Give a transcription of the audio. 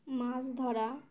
মাছ ধরা